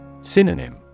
Synonym